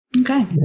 Okay